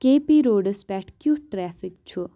کے P roads پیٹھ کِیُتھ traffic چھُ ؟